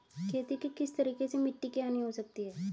खेती के किस तरीके से मिट्टी की हानि हो सकती है?